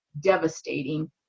devastating